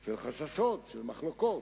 של חששות, של מחלוקות,